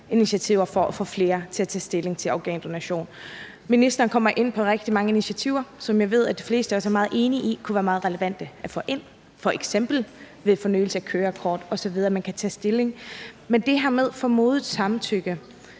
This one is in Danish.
initiativer for at få flere til at tage stilling til organdonation. Ministeren kommer ind på rigtig mange initiativer, som jeg ved at de fleste af os er meget enige i kunne være meget relevante at få indført, f.eks. at det er ved fornyelse af kørekort osv., at man kan tage stilling. Men det her med formodet samtykke